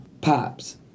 pops